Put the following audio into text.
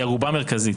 היא ערובה מרכזית,